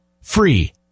Free